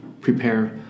prepare